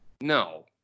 No